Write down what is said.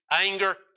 Anger